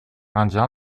indien